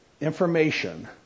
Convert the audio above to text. information